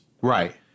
Right